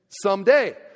someday